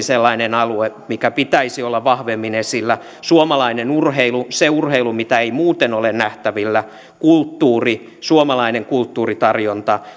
sellainen alue minkä pitäisi olla vahvemmin esillä suomalainen urheilu se urheilu mitä ei muuten ole nähtävillä kulttuuri suomalainen kulttuuritarjonta